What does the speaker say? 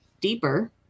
deeper